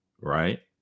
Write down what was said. right